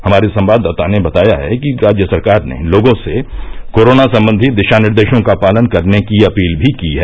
हमारे संवाददाता ने बताया है कि राज्य सरकार ने लोगों से कोरोना संबंधी दिशा निर्देशों का पालन करने की अपील भी की है